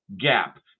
gap